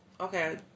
Okay